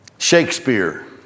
Shakespeare